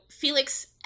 Felix